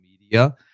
media